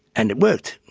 and it worked.